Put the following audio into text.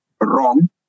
wrong